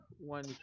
one